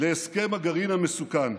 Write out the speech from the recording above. להסכם הגרעין המסוכן.